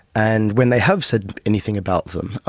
and when they have said anything about them,